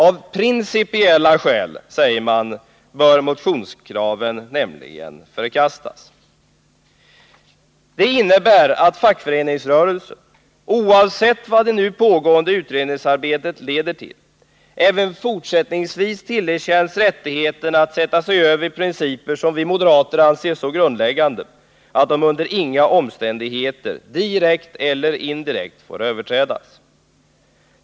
Av principiella skäl, säger man, bör motionskraven förkastas. Det innebär att fackföreningsrörelsen, oavsett vad det nu pågående utredningsarbetet leder fram till, även fortsättningsvis tillerkänns rättigheten att sätta sig över principer som vi moderater anser så grundläggande att de under inga omständigheter, direkt eller indirekt, får överträdas.